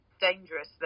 dangerous